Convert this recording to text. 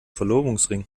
verlobungsring